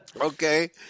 Okay